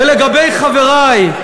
ולגבי חברי,